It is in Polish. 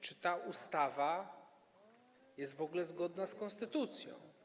Czy ta ustawa jest w ogóle zgodna z konstytucją?